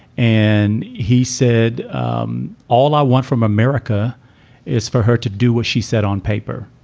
and he said, um all i want from america is for her to do what she said on paper.